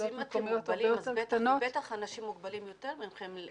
אם אתם מוגבלים, אז בטח אנשים מוגבלים יותר מכם.